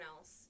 else